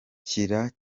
kibondo